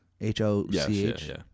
H-O-C-H